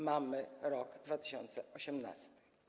Mamy rok 2018.